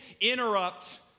Interrupt